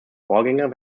vorgänger